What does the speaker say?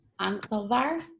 Anselvar